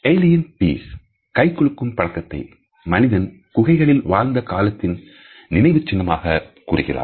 Alien Peaseகை குலுக்கும் பழக்கத்தை மனிதன் குகைகளில் வாழ்ந்த காலத்தின் நினைவுச்சின்னமாக கூறுகிறார்